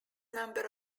number